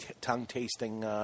tongue-tasting